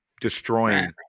destroying